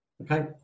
Okay